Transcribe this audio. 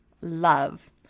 love